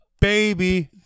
baby